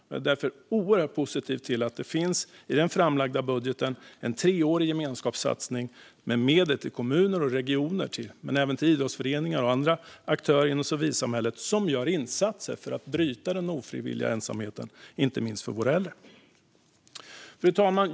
Det är därför oerhört positivt att det i den framlagda budgeten finns en treårig gemenskapssatsning med medel till kommuner och regioner och även till idrottsföreningar och andra aktörer i civilsamhället som gör insatser för att bryta den ofrivilliga ensamheten, inte minst när det gäller våra äldre. Fru talman!